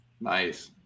Nice